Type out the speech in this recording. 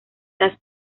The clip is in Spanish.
las